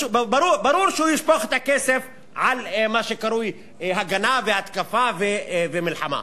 ברור שהוא ישפוך את הכסף על מה שקרוי הגנה והתקפה ומלחמה.